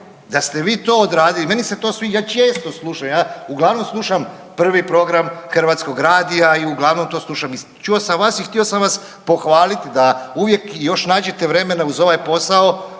da ste vi to odradili, meni se to sviđa, ja često slušam, ja uglavnom slušam prvi program Hrvatskog radija i uglavnom to slušam i čuo sam vas i htio sam vas pohvaliti da uvijek još nađete vremena uz ovaj posao